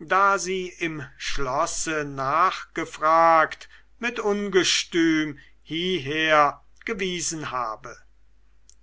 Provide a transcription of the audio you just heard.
da sie im schlosse nachgefragt mit ungestüm hierher gewiesen habe